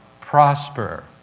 Prosper